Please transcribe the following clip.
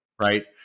right